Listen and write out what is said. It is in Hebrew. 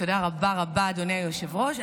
תודה רבה רבה, אדוני היושב-ראש.